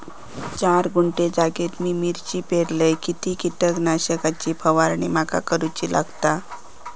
चार गुंठे जागेत मी मिरची पेरलय किती कीटक नाशक ची फवारणी माका करूची लागात?